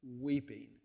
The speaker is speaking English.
weeping